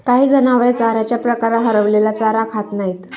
काही जनावरे चाऱ्याच्या प्रकारात हरवलेला चारा खात नाहीत